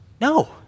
No